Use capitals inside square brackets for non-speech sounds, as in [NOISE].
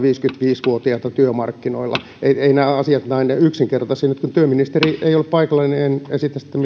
viisikymmentäviisi vuotiaita työmarkkinoilla eivät eivät nämä asiat ole näin yksinkertaisia kun työministeri ei ole paikalla niin en sitten [UNINTELLIGIBLE]